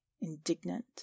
indignant